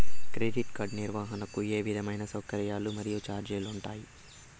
Credit card నిర్వహణకు ఏ విధమైన సౌకర్యాలు మరియు చార్జీలు ఉంటాయా?